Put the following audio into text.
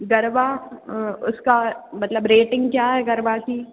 गरबा उसका मतलब रेटिंग क्या है गरबा की